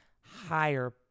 higher